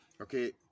okay